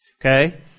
Okay